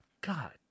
God